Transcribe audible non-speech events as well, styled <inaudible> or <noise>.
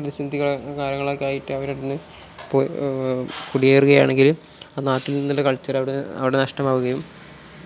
<unintelligible> കാര്യങ്ങളൊക്കെ ആയിട്ട് അവരവിടുന്ന് പോയി കുടിയേറുകയാണെങ്കിൽ ആ നാട്ടിൽ നിന്നുള്ള കൾച്ചറവിടെ അവിടെ നഷ്ടമാകുകയും